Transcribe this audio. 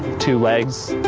two legs.